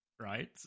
right